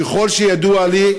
ככל שידוע לי,